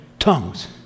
Tongues